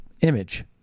image